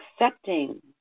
accepting